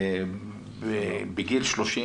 בגיל 30,